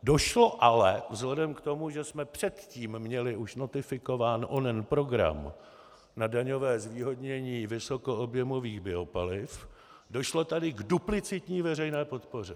Došlo ale, vzhledem k tomu, že jsme předtím měli už notifikován onen program na daňové zvýhodnění vysokoobjemových biopaliv, došlo tady k duplicitní veřejné podpoře.